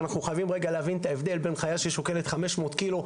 אנחנו חייבים להבין את ההבדל בין חיה ששוקלת 500 קילו,